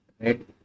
Right